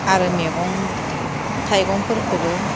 आरो मैगं थाइगंफोरखोबो